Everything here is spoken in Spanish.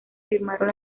firmaron